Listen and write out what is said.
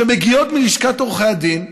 שמגיעות מלשכת עורכי דין,